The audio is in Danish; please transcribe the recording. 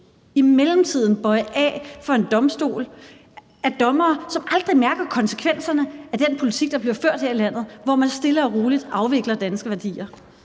i mellemtiden – bøje af for en domstol af dommere, som aldrig mærker konsekvenserne af den politik, som bliver ført her i landet, hvor man stille og roligt afvikler danske værdier?